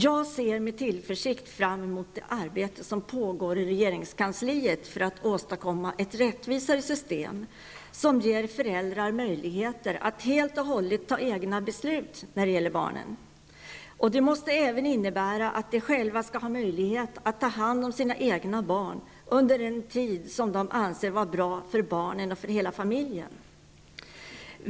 Jag ser med tillförsikt fram mot resultatet av det arbete som pågår i regeringskansliet för att åstadkomma ett rättvisare system som ger föräldrar möjligheter att helt och hållet ta egna beslut när det gäller barnen. Det måste även innebära att de själva skall ha möjlighet att ta hand om sina egna barn under en tid som de anser vara bra för barnen och för hela familjen.